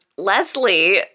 Leslie